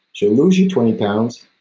so lose your twenty pounds.